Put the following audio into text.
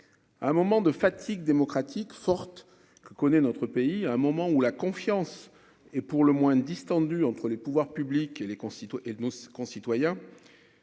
à un moment de fatigue démocratique forte que connaît notre pays, à un moment où la confiance est pour le moins distendus entre les pouvoirs publics et les concitoyens